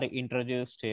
introduced